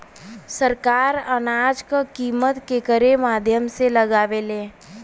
सरकार अनाज क कीमत केकरे माध्यम से लगावे ले?